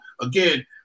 again